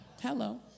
hello